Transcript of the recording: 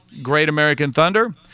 greatamericanthunder